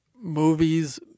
movies